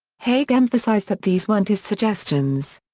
haig emphasized that these weren't his suggestions.